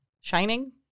Shining